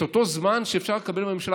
את אותו זמן שאפשר לקבל בממשלה,